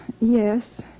yes